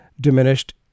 diminished